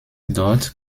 dort